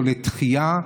לתחייה,